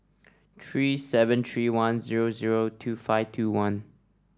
three seven three one zero zero two five two one